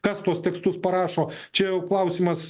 kas tuos tekstus parašo čia jau klausimas